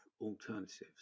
alternatives